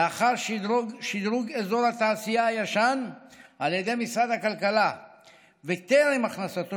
לאחר שדרוג אזור התעשייה הישן על ידי משרד הכלכלה וטרם הכנסתו